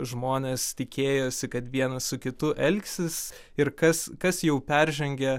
žmonės tikėjosi kad vienas su kitu elgsis ir kas kas jau peržengia